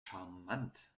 charmant